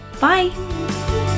Bye